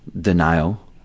denial